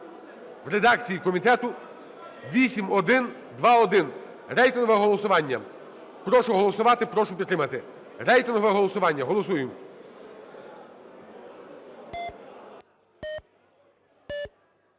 (в редакції комітету) (8121). Рейтингове голосування. Прошу голосувати, прошу підтримати. Рейтингове голосування. Голосуємо!